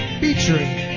featuring